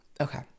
Okay